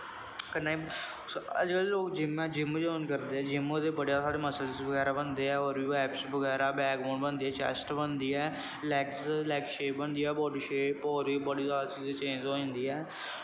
कन्नैं अजकल्ल लोग जिम ऐ जिम जवाईन करदे जिम नै बड़े साढ़े मसल्स बनदे ऐं और बी ऐपस बगैरा बैकबोन बनदी ऐ चैस्ट बनदी ऐ लैग्स लैग शेप बनदी ऐ बॉडी शेप होर बी बड़ी जादा चीजां चेंज हो जंदी ऐ